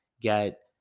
get